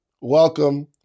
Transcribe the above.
welcome